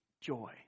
joy